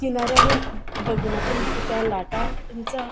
किनाऱ्यावर बघून आपण त्या लाटांचा